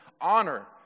honor